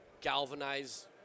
galvanize